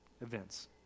events